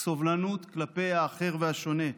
סובלנות כלפי האחר והשונה,